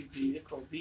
vehicle